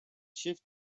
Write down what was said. shift